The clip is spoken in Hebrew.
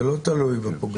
זה לא תלוי בפוגע.